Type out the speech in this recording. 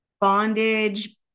bondage